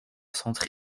centre